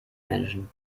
menschen